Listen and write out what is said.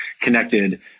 connected